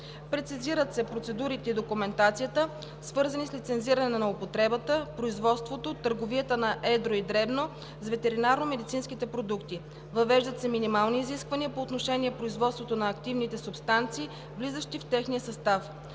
Прецизират се процедурите и документацията, свързани с лицензиране на употребата, производството, търговията на едро и дребно с ветеринарномедицинските продукти. Въвеждат се минимални изисквания по отношение производството на активните субстанции, влизащи в техния състав.